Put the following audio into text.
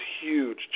huge